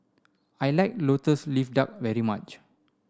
I like lotus leaf duck very much